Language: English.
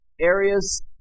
areas